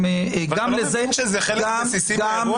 אבל זה לא ברור שזה חלק בסיסי באירוע?